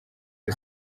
the